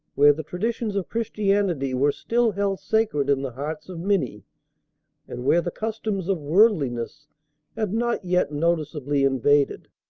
where the traditions of christianity were still held sacred in the hearts of many and where the customs of worldliness had not yet noticeably invaded.